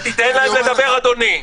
ותיתן להם לדבר, אדוני.